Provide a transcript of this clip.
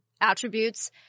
attributes